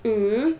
mm